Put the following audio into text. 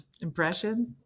Impressions